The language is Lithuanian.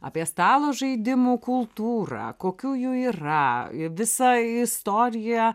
apie stalo žaidimų kultūrą kokių jų yra visa istorija